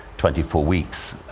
twenty four weeks,